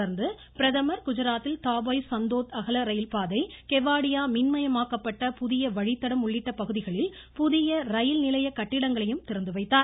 தொடர்ந்து பிரதமர் குஜராத்தில் தபோய் சந்தோத் அகல ரயில்பாதை கெவாடியா மின்மயமாக்கப்பட்ட புதிய வழித்தடம் உள்ளிட்ட பகுதிகளில் புதிய ரயில்நிலைய கட்டிடங்களையும் திறந்துவைத்தார்